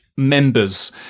members